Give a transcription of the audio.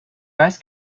weiß